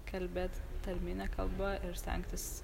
kalbėt tarmine kalba ir stengtis